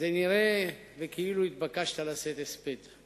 כאילו התבקשת לשאת הספד,